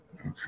okay